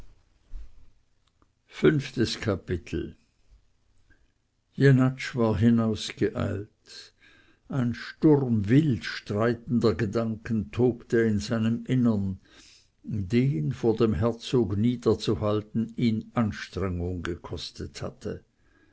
fünftes kapitel jenatsch war hinausgeeilt ein sturm wildstreitender gedanken tobte in seinem innern den vor dem herzog niederzuhalten ihn anstrengung gekostet hatte